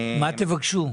מה תבקשו?